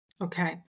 Okay